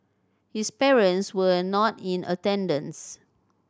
his parents were not in attendance